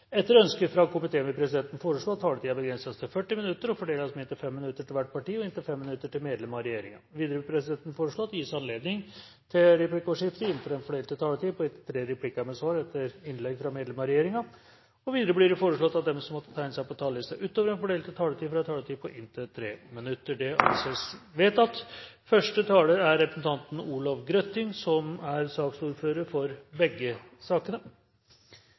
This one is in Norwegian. Etter ønske fra næringskomiteen vil presidenten foreslå at taletiden begrenses til 40 minutter og fordeles med inntil 5 minutter til hvert parti og inntil 5 minutter til medlem av regjeringen. Videre vil presidenten foreslå at det gis anledning til replikkordskifte på inntil tre replikker med svar etter innlegg fra medlem av regjeringen innenfor den fordelte taletid. Videre blir det foreslått at de som måtte tegne seg på talerlisten utover den fordelte taletid, får en taletid på inntil 3 minutter. – Det anses vedtatt. I november varslet regjeringen at den nedre beløpsgrensen for